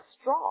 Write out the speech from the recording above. straw